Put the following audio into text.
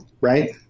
right